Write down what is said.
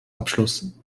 abschluss